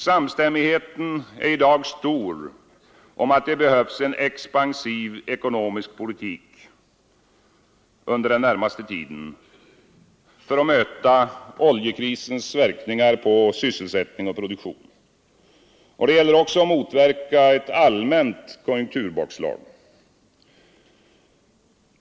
Samstämmigheten är i dag stor om att det behövs en expansiv ekonomisk politik under den närmaste tiden för att möta oljekrisens verkningar på sysselsättning och produktion. Det gäller också att motverka ett allmänt konjunkturbakslag.